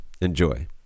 Enjoy